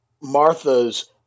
Martha's